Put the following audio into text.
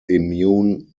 immune